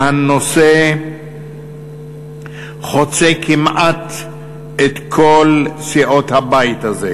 והנושא חוצה כמעט את כל סיעות הבית הזה,